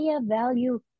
value